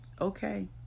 Okay